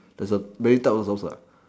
there's a many type of salsa